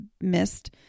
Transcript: missed